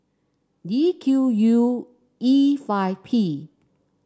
D Q U E five P